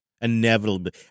Inevitably